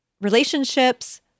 relationships